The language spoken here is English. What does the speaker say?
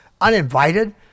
uninvited